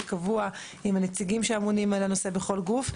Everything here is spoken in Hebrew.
קבוע עם הנציגים שאמונים על הנושא בכל גוף,